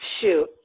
shoot